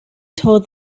told